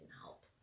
help